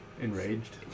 Enraged